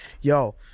yo